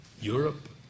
Europe